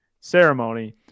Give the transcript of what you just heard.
ceremony